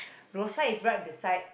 Rosyth is right beside